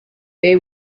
they